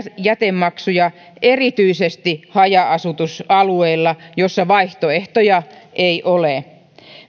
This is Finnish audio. jätemaksuja erityisesti haja asutusalueilla joilla vaihtoehtoja ei ole